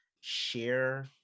share